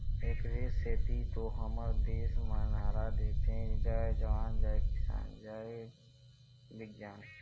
एखरे सेती तो हमर देस म नारा देथे जय जवान, जय किसान, जय बिग्यान